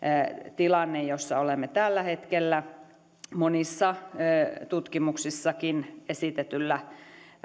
tilanne jossa olemme tällä hetkellä monissa tutkimuksissakin esitetyllä